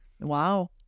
Wow